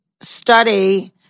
study